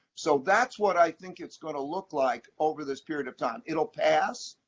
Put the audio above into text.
so that's what i think it's going to look like over this period of time. it will pass,